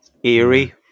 Eerie